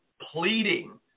pleading